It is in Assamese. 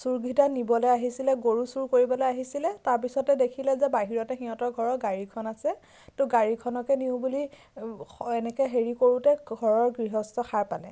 চুৰকেইটা নিবলৈ আহিছিলে গৰু চুৰ কৰিবলৈ আহিছিলে তাৰপিছতে দেখিলে যে বাহিৰতে সিহঁতৰ ঘৰৰ গাড়ীখন আছে তো গাড়ীখনকে নিওঁ বুলি এনেকৈ হেৰি কৰোঁতে ঘৰৰ গৃহস্থ সাৰ পালে